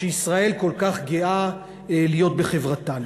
שישראל כל כך גאה להיות בחברתן.